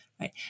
right